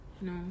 No